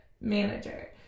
manager